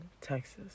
Texas